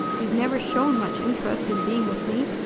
you've never shown much interest in being with me.